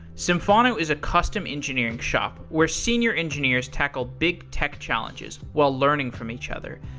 symphono is a custom engineering shop where senior engineers tackle big tech challenges while learning from each other.